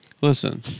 Listen